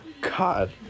God